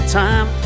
time